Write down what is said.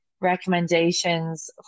recommendations